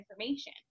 information